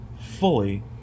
fully